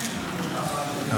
חבריי חברי הכנסת,